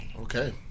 Okay